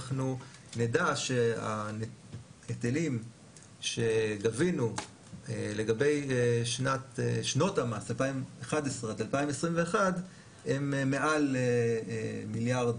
אנחנו נדע שההיטלים שגבינו לגבי שנות המס 2011 עד 2021 הם מעל מיליארד